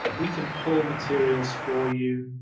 we can pull materials for you.